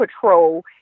patrol